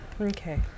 Okay